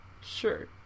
Sure